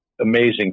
amazing